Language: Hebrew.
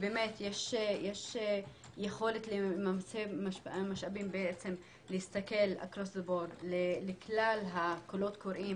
יש יכולת לממצי המשאבים להסתכל על כלל הקולות הקוראים